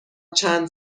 چند